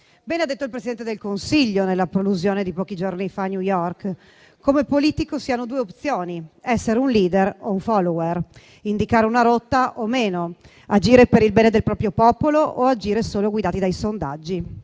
Bene ha detto il Presidente del Consiglio, nella prolusione di pochi giorni fa a New York: come politico si hanno due opzioni, essere un *leader* o *follower*, indicare una rotta o no, agire per il bene del proprio popolo o agire solo guidati dai sondaggi.